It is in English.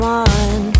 one